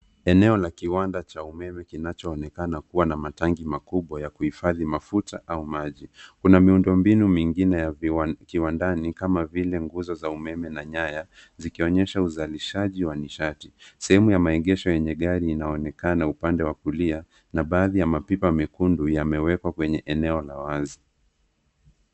Eneo la kiwanda cha umeme kinachoonekana kuwa na matangi makubwa ya kuhifadhi mafuta au maji. Kunamiundo mbinu mingine ya kiwandani kama vile nguzo za umeme na nyaya zikionyesha uzalishaji wa nishati. Sehemu ya maegesho yenye gari inaonekana upande wa kulia na baadhi ya mapipa mekundu yamewekwa kwenye eneo la wazi.